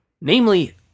namely